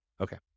Okay